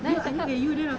then cannot